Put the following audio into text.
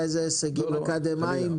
יש הרבה נשים אקדמאיות.